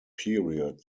period